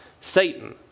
Satan